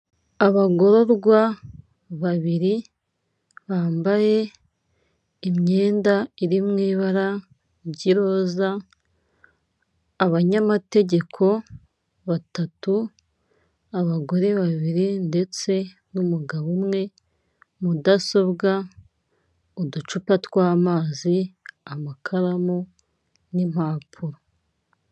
Abagororwa babiri bambaye imyenda iri mu ibara ry' roza, abanyamategeko batatu abagore babiri, ndetse n'umugabo umwe mudasobwa, uducupa twaamazi, amakaramu n'impapuro.